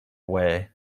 way